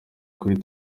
kuri